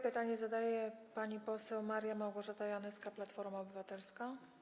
Pytanie zadaje pani poseł Maria Małgorzata Janyska, Platforma Obywatelska.